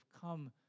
come